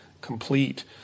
complete